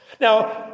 Now